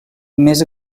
més